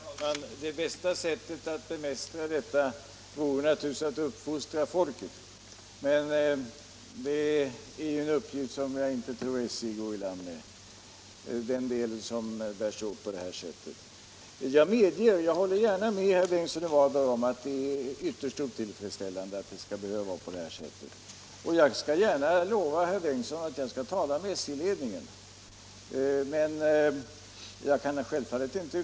Herr talman! Det bästa sättet att bemästra detta vore naturligtvis att uppfostra folket. Men att uppfostra folk som bär sig åt så här innebär en uppgift som jag inte tror att SJ går i land med. Jag medger att det är ytterst otillfredsställande att det skall behöva vara på det sättet — jag håller gärna med herr Bengtsson i Varberg om det — och jag skall gärna lova herr Bengtsson att jag skall tala med SJ-ledningen.